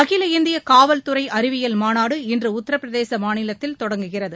அகில இந்திய காவல் துறை அறிவியல் மாநாடு இன்று உத்தரப்பிரதேச மாநிலத்தில் தொடங்குகிறது